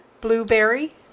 Blueberry